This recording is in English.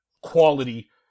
quality